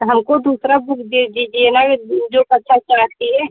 तो हमको दूसरी बुक दे दीजिए ना जो कक्षा चार की है